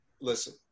Listen